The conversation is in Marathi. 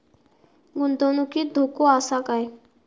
गुंतवणुकीत धोको आसा काय?